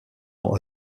ans